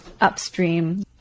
upstream